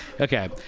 Okay